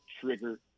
trigger